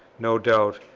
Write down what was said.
no doubt,